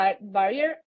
barrier